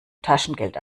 taschengeld